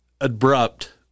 abrupt